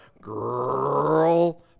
girl